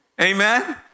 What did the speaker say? Amen